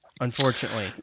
Unfortunately